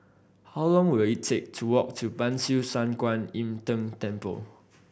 how long will it take to walk to Ban Siew San Kuan Im Tng Temple